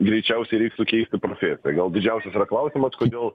greičiausiai reiktų keisti profė gal didžiausias yra klausimas kodėl